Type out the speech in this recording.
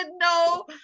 no